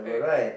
correct correct